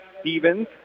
Stevens